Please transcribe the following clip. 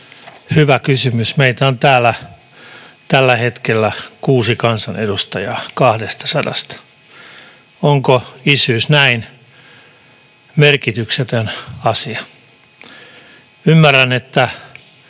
hyvä kysymys. Meitä on täällä tällä hetkellä 6 kansanedustajaa 200:sta. Onko isyys näin merkityksetön asia? Ymmärrän, että